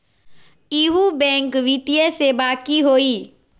इहु बैंक वित्तीय सेवा की होई?